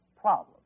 problem